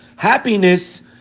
Happiness